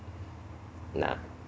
nah